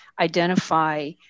identify